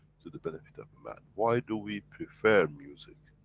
to the benefit of the man? why do we prefer music?